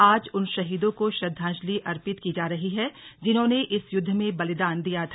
आज उन शहीदों को श्रद्धांजलि अर्पित की जा रही है जिन्होंने इस युद्ध में बलिदान दिया था